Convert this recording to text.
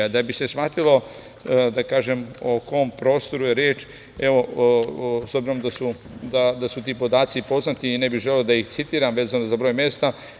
Da bi se shvatilo o kom prostoru je reč, s obzirom da su ti podaci poznati, ne bih želeo da ih citiram, vezano za broj mesta.